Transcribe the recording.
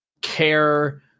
care